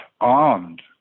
armed